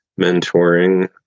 mentoring